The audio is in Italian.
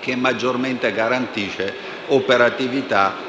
che maggiormente garantisce operatività e protezione